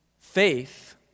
faith